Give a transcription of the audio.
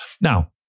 Now